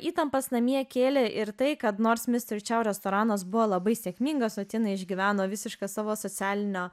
įtampas namie kėlė ir tai kad nors mister čiau restoranas buvo labai sėkmingas o tina išgyveno visišką savo socialinio